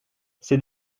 c’est